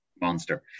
monster